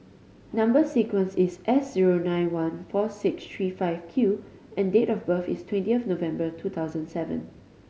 number sequence is S zero nine one four six tree five Q and date of birth is twentieth November two thousand seven